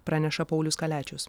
praneša paulius kaliačius